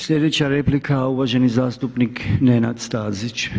Sljedeća replika uvaženi zastupnik Nenad Stazić.